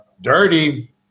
dirty